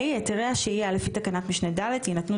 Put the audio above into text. היתרי שהייה לפי תקנת משנה (ד) יינתנו